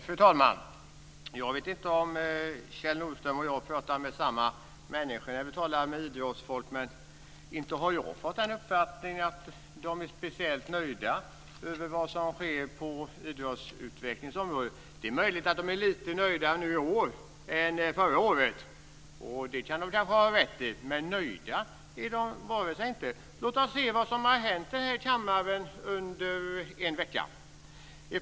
Fru talman! Jag vet inte om Kjell Nordström och jag pratar med samma människor när vi talar med idrottsfolk. Jag har inte fått den uppfattningen att de är speciellt nöjda med vad som sker på idrottens område. Det är möjligt att de är lite mer nöjda i år än förra året. Det kan de kanske ha rätt till, men nöjda är de verkligen inte. Låt oss se vad som har hänt här i kammaren under en vecka.